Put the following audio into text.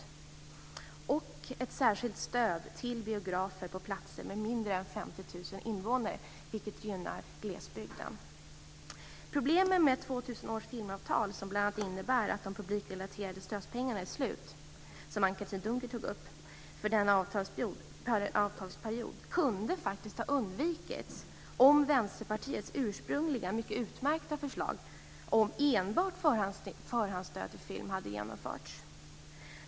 Dessutom utdelas ett särskilt stöd till biografer på platser med mindre än 50 000 invånare, vilket gynnar glesbygden. Problemen med 2000 års filmavtal, som bl.a. innebär att de publikrelaterade stödpengarna för denna avtalsperiod är slut, togs upp av Anne-Katrin Dunker. Dessa problem kunde faktiskt ha undvikits om Vänsterpartiets ursprungliga mycket utmärkta förslag om enbart förhandsstöd till film hade genomförts.